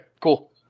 cool